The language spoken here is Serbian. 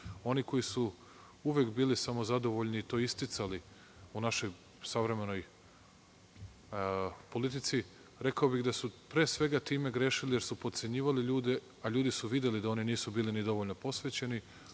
Oni koji su uvek bili samo zadovoljni i to isticali u našoj savremenoj politici, rekao bih da su pre svega time grešili, jer su potcenjivali ljude, a ljudi su videli da oni nisu bili ni dovoljno posvećeni,